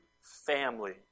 family